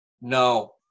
No